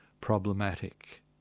problematic